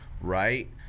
right